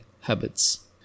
habits